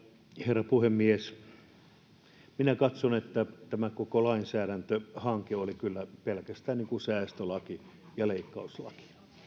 herra puhemies minä katson että tämä koko lainsäädäntöhanke oli kyllä pelkästään säästölaki ja leikkauslaki